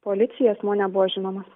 policijai asmuo nebuvo žinomas